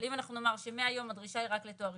אבל אם אנחנו נאמר שמהיום הדרישה היא רק לתואר ראשון,